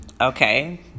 Okay